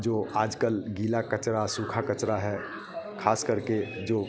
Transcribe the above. जो आजकल गीला कचरा सूखा कचरा है खासकर के जो